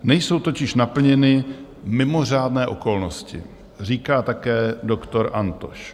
Nejsou totiž naplněny mimořádné okolnosti, říká také doktor Antoš.